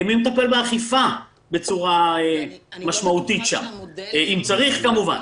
מי מטפל שם באכיפה בצורה משמעותית, אם צריך כמובן?